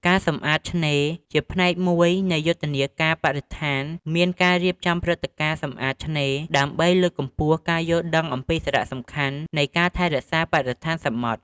ការសម្អាតឆ្នេរ ជាផ្នែកមួយនៃយុទ្ធនាការបរិស្ថាន មានការរៀបចំព្រឹត្តិការណ៍សម្អាតឆ្នេរ ដើម្បីលើកកម្ពស់ការយល់ដឹងអំពីសារៈសំខាន់នៃការថែរក្សាបរិស្ថានសមុទ្រ។